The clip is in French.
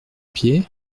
pied